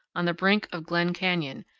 on the brink of glen canyon,